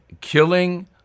Killing